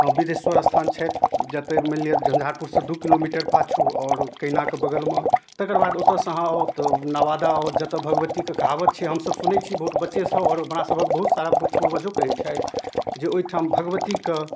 हँ बिदेश्वर अस्थान छथि जतऽ मानि लिअऽ झँझारपुरसँ दुइ किलोमीटर पाछु आओर कैनाके बगलमे तकर बाद ओतऽसँ अहाँ आउ तऽ नवादा आउ जतऽ भगवतीके कहावत छिए हमसब सुनै छी बहुत बच्चेसँ आओर हमरासबके बहुत सारा पूर्वजो कहै छथि जे ओहिठाम भगवतीके